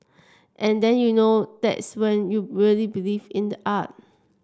and then you know that's when you really believe in the art